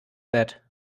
that